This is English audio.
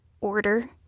order